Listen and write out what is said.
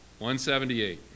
178